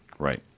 Right